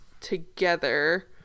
together